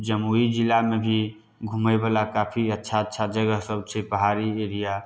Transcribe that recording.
जमुइ जिलामे भी घुमै बला काफी अच्छा अच्छा जगह सब छै पहाड़ी एरिया